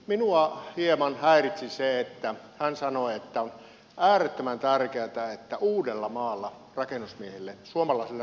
minua hieman häiritsi se että hän sanoi että on äärettömän tärkeätä että uudellamaalla suomalaisille rakennusmiehille on töitä